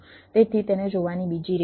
તેથી તેને જોવાની બીજી રીત છે